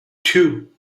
two